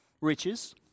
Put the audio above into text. Riches